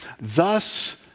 thus